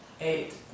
eight